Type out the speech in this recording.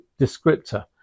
descriptor